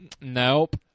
Nope